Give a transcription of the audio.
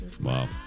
Wow